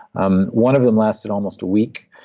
um one of them lasted almost a week.